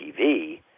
TV